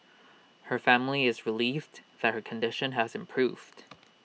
her family is relieved that her condition has improved